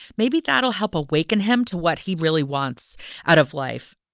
maybe that'll help awaken him to what he really wants out of life